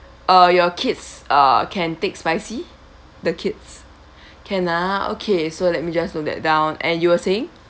uh your kids uh can take spicy the kids can ah okay so let me just note that down and you were saying